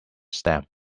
stamp